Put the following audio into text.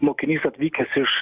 mokinys atvykęs iš